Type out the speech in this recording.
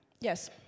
Yes